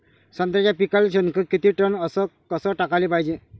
संत्र्याच्या पिकाले शेनखत किती टन अस कस टाकाले पायजे?